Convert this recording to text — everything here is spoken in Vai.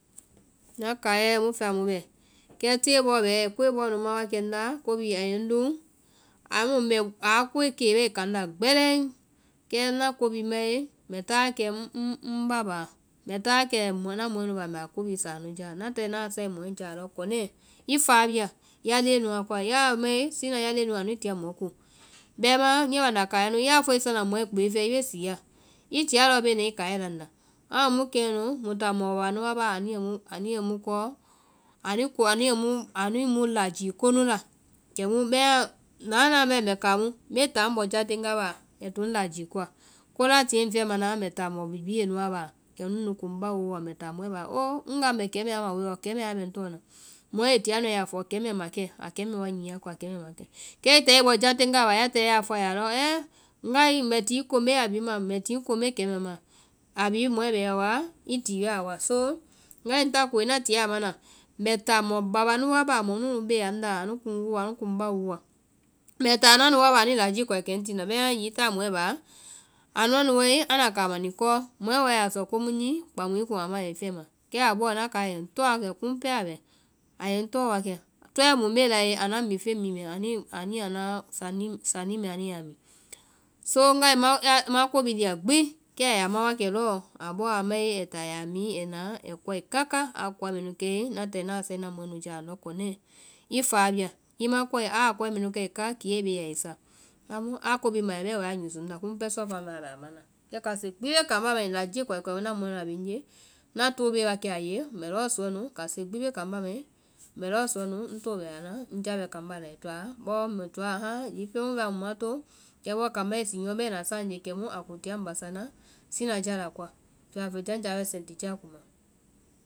Ŋna kaiɛ mu bɛa mu bɛ́, kɛ tée bɔɔ bɛ ai ko bɔɔ nu ma wa kɛ ŋna amu a yɛ ŋ luŋ, amu aa koe kee bɛi ka ŋna gbɛlɛŋ. Kɛ ŋna ko bhii mae, mbɛ táa wa kɛ ŋ bá báa, mbɛ táa wa kɛ mɔ- ŋna mɔɛ nu báa mbɛ ko bhii sa anu jáa, ŋna tae ŋna a sae mɔɛ jáa andɔ kɔnɛɛ i fáa bia ya leŋɛ nua koa, ya a mae, sina ya leŋɛ nuĩ tia mɔ ko. Bɛimaã niɛ banda kaiɛ nu ya fɔe i sɔna mɔɛ kpee fɛ i bee sia, i tia lɔɔ bee na i kaiɛ laŋnda. mɔ kɛnu muĩ táa mɔ bába nu wa báa anu yɛ nu anuĩ mu lajíi ko nu la. kɛmu bɛma, naa naa bɛɛ mbɛ kaŋ mu mbe táa ŋ bɔ jateŋgaa báa ai to ŋ lajíi koa, ko la tie ŋ fɛma na, mbɛ táa mɔ bi bie nu wa báa kɛ mu nu kuŋ ŋ bá wooa, mbɛ táa mɔɛ báá, ŋndɔ oo ŋ woa mbɛ kɛmɛɛ wa ma, ɔɔ kɛmɛɛ wa bɛ ŋ tɔɔ na. Mɔɛ i tia nu a yaa fɔ kɛmɛɛ ma kɛ, a mɛɛ wa nyi ya koa, kɛmɛɛ ma kɛ, kɛ ya táe i bɔ jateŋgaa báa, ya tae ya fɔe a ya, alɔ hɛɛ ai ti i ko mbe a bhii maã, mbɛ ti i ko mbe kɛmɛɛ maã. A bhii mɔɛ woa i ti yɔ a wa. So ŋgae ŋ ta koe ŋna tie a mana, mbɛ táa mɔ bábáa nu wa báa mɔ nu bea ŋnda, anu kuŋ ŋ wooa anu kuŋ ŋ bá wooa. Mbɛ táa a nuã nu wa báa anu lajíi koa kɛ ŋ tina, bɛmaã hiŋi i táa mɔɛ báa, anuã nu wae mɔɛ a kama ni kɔɔ, mɔɛ wae a sɔ komu nyi, kphã mu ŋ kuŋ a maã. a yɛ ŋ fɛma. kɛ a bɔɔ ŋna kaiɛ yɛ ŋ tɔɔ wa kɛ. kimu pɛɛ a bɛ a yɛ ŋ tɔɔ wa kɛ, tɔɛ mu mbe la ee? Anuã mifɛŋ mi mɛɛ, ani anuã sani mɛ ani yaa mi, so ŋgae ŋma ko bhii lia gbi, kɛ a ya ma wa kɛ lɔɔ, a bɔɔ a mae ai táa a ya mi, a nae ai koa káká, a koa mɛ nu kɛe, ŋna tae ŋna a sae ŋna mɔɛ nu jáa andɔ kɔnɛ, i fáa bia, i ma koa, aa koae mɛnu kɛe ká kiɛ bea aa ai sa. Amu a ko bhii ma wɛ bɛɛ a usu ŋnda. komu pɛɛ sɔɔfɛa mɛɛ a bɛ a mana. Kɛ kase gbi bee kambá mai. lajii koa kuɛ mɛnu ŋna mɔɛ nu a bee ŋ nye, ŋna too bee wa kɛ ye, mbɛ lɔɔ suɔ nu, kase gbi bee kambá mai, mbɛ suɔ nu ŋ too bɛ a la ŋ já bɛ kambá, ai toa, bɔɔ mbɛ toa hãa, hiŋi pɛɛ mu bɛa ma to. kɛ bɔɔ kambá i siinyɔɔ bɛna saa ŋ nye, kɛmu a tia ŋ basa na, sina ja la koa, fiyabɔ fɛjanja bɛ sɛtijáa kuma.